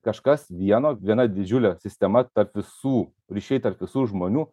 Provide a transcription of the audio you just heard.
kažkas vieno viena didžiulė sistema tarp visų ryšiai tarp visų žmonių